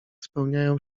spełniają